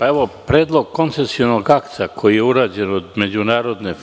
Ilić** Predlog koncesionog akta koji je urađen od međunarodne